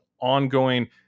ongoing